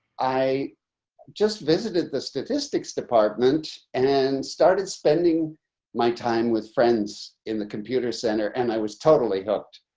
i just visited the statistics department and started spending my time with friends in the computer center and i was totally hooked.